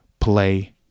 play